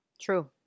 True